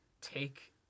take